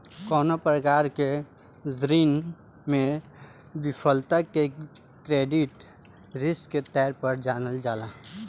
कवनो प्रकार के ऋण में विफलता के क्रेडिट रिस्क के तौर पर जानल जाला